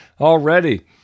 already